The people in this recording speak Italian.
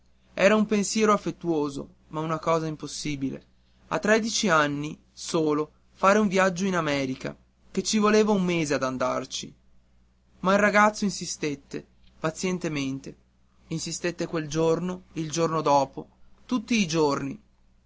era un pensiero affettuoso ma una cosa impossibile a tredici anni solo fare un viaggio in america che ci voleva un mese per andarci ma il ragazzi insistette pazientemente insistette quel giorno il giorno dopo tutti i giorni